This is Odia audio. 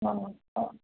ନ ହ